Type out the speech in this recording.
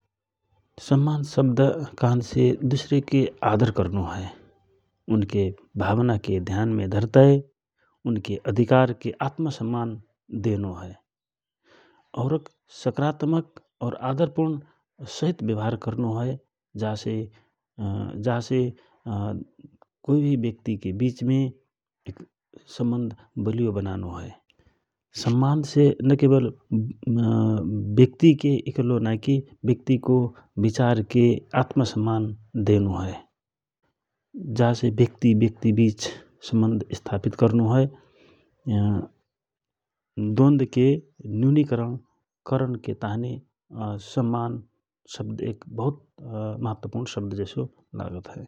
सम्मान शब्द कहन्से दुसरेन्के आदर करनो हए । उनको भावनके ध्यानमे धरतय उनके अधिकारके आत्मा सम्मान देनो हए । औरक सकारात्मक और आदरपर्णसहितव्यवहार करनो हए । जा से कोइ भि व्यक्तिके विचमे सम्बन्ध बलियो बनानो हए । सम्मानसे न केवल व्यक्तिके इकल्लो नय कि व्यक्तिको विचारके आत्म सम्मान देनो हए जा से व्यक्ति व्यक्ति विच सम्बन्ध स्थापित करनो हए द्वान्दके न्युनिकरनके ताँहि सम्मान शब्द एक बहुत महत्वपुर्ण जैसो लागत हए ।